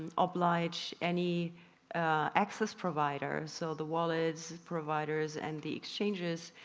oblige any access providers, so the wallets providers and the exchanges